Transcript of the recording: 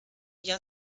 jahr